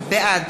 בעד